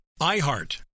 IHEART